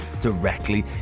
directly